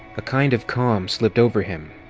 a kind of calm slipped over him,